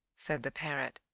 said the parrot,